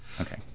okay